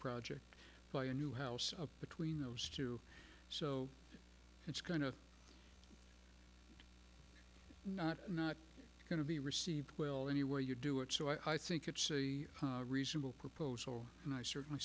project buy a new house between those two so it's going to not not going to be received well anywhere you do it so i think it's a reasonable proposal and i certainly